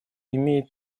имеет